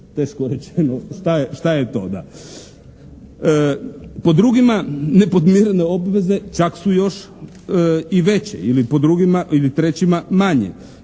teško rečeno što je to, da. Po drugima, nepodmirene obveze čak su još i veće ili po drugima ili trećima manje